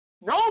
no